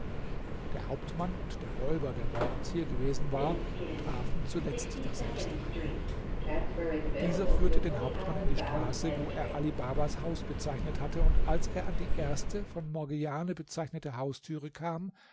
der hauptmann und der räuber der morgens hier gewesen war trafen zuletzt daselbst ein dieser führte den hauptmann in die straße wo er ali babas haus bezeichnet hatte und als er an die erste von morgiane bezeichnete haustüre kam